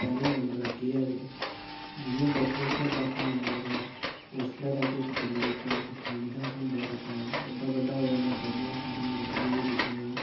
पैह्ले नम्बर एह् ऐ कि जियां बचपन च होंदा हा मैं तां उसलै ते किश जिन्दगी चा किश सिक्खने गी नी हा थोह्न्दा लेकिन बड्डा बड्डा होएया मैं बड़ियां सारियां गलतियां बी कीतियां